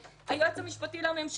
היועץ המשפטי לממשלה,